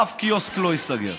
אף קיוסק לא ייסגר,